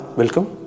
welcome